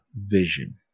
vision